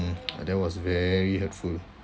mm that was very hurtful